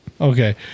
Okay